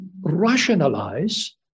rationalize